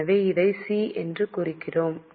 எனவே இதை சி என்று குறிக்கிறோம்